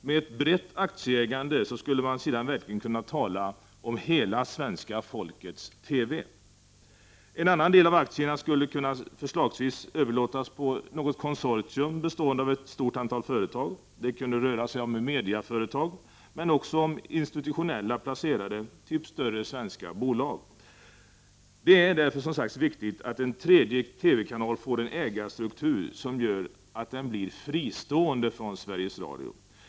Med ett brett aktieägande skulle man sedan verkligen kunna tala om ”hela svenska folkets TV”. En annan del av aktierna skulle förslagsvis kunna överlåtas på ett konsortium bestående av ett stort antal företag. Det skulle kunna röra sig om mediaföretag eller institutionella placerare, typ större svenska bolag. Det är, som sagt, viktigt att en tredje TV-kanal får en ägarstruktur som gör den fristående från Sveriges Radio.